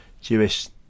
Jewish